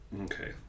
Okay